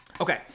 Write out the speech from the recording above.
Okay